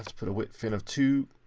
put a width in of two.